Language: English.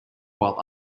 while